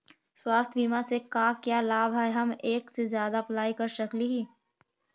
स्वास्थ्य बीमा से का क्या लाभ है हम एक से जादा अप्लाई कर सकली ही?